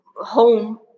home